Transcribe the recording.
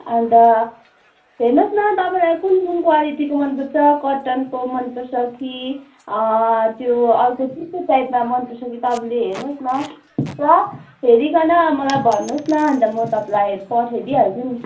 अन्त हेर्नुहोस् न तपाईँलाई कुन कुन क्वालिटीको मनपर्छ कटनको मनपर्छ कि त्यो कुन चाहिँ टाइपमा मनपर्छ कि तपाईँले हेर्नुहोस् न ल हेरीकन मलाई भन्नुहोस् न अन्त म तपाईँलाई पठाइदिहाल्छु नि